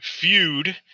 feud